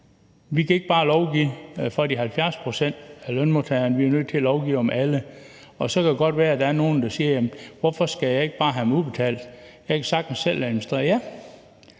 Vi kan ikke bare lovgive for 70 pct. af lønmodtagerne. Vi er nødt til at lovgive for alle, og så kan det godt være, der er nogle, der siger: Jamen hvorfor skal jeg ikke bare have dem udbetalt, for jeg kan sagtens selv administrere dem?